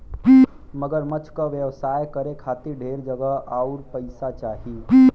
मगरमच्छ क व्यवसाय करे खातिर ढेर जगह आउर पइसा चाही